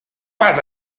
pas